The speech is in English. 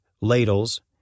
ladles